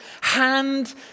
hand